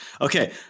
Okay